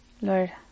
Lord